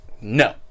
No